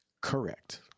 Correct